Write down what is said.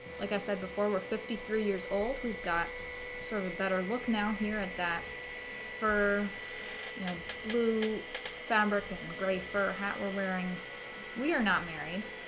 like i said before we're fifty three years old we've got sort of a better look now here at that fur you know blue fabric and gray fur hat we're wearing we are not married